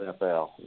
NFL